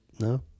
no